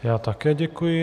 Já také děkuji.